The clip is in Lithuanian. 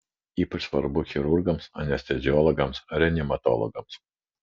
ypač svarbu chirurgams anesteziologams reanimatologams